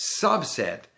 subset